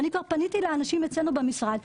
ואני כבר פניתי לאנשים אצלנו במשרד,